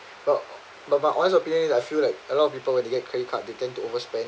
but but but honest opinion I feel like a lot of people when they get credit card they tend to overspend